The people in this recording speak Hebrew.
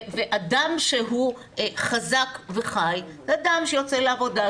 אדם שהוא חזק וחי הוא אדם שיוצא לעבודה,